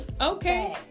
okay